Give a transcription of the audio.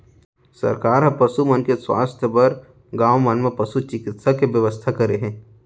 सरकार ह पसु मन के सुवास्थ बर गॉंव मन म पसु चिकित्सा के बेवस्था करे हे